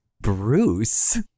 Bruce